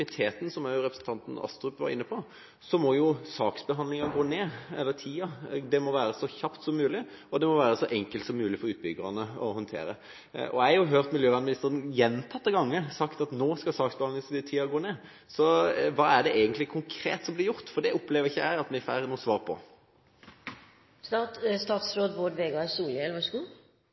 som også representanten Astrup var inne på – må saksbehandlingstiden gå ned. Det må gjøres så kjapt som mulig, og det må være så enkelt som mulig å håndtere for utbyggerne. Jeg har hørt miljøvernministeren gjentatte ganger si at nå skal saksbehandlingstiden gå ned. Hva er det egentlig som konkret blir gjort? Det opplever jeg ikke at vi får noe svar på. Saksbehandlinga må vere så raskt som mogleg, men så